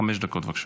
חמש דקות, בבקשה.